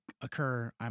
occur